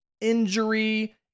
Injury